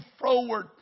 forward